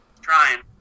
Trying